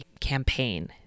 campaign